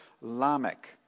Lamech